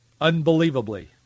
unbelievably